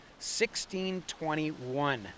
1621